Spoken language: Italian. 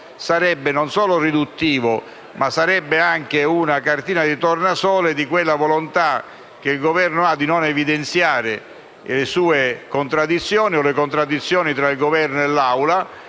sarebbe non solo riduttivo, ma anche una cartina di tornasole della volontà del Governo di non evidenziare le sue contraddizioni o le contraddizioni tra il Governo e l'Assemblea